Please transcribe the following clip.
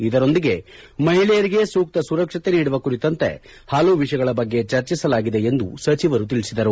ಇದರೊಂದಿಗೆ ಮಹಿಳೆಯರಿಗೆ ಸೂಕ್ತ ಸುರಕ್ಷತೆ ನೀಡುವ ಕುರಿತಂತೆ ಹಲವು ವಿಷಯಗಳ ಬಗ್ಗೆ ಚರ್ಚಿಸಲಾಗಿದೆ ಎಂದು ಸಚಿವರು ತಿಳಿಸಿದರು